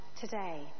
today